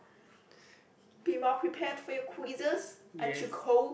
be more prepared for your quizzes aren't you cold